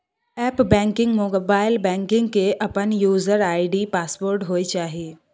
app banking, mobile banking के अपन user ID password होय चाहिए